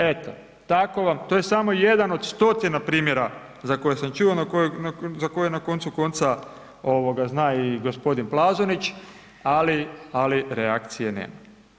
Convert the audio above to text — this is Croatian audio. Eto, tako vam, to je samo jedan od stotina primjera za koje sam čuo, za koje na koncu konca zna i g. Plazonić, ali reakcije nema.